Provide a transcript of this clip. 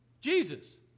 Jesus